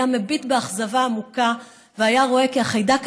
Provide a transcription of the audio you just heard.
היה מביט באכזבה עמוקה והיה רואה כי החיידק